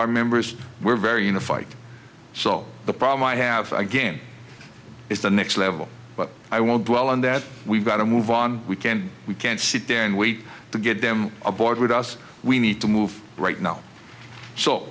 our members were very unified so the problem i have again is the next level but i won't dwell on that we've got to move on we can't we can't sit there and wait to get them aboard with us we need to move right now so